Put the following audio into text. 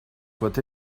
soit